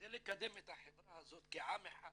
כדי לקדם את החברה הזאת כעם אחד